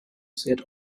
set